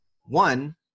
one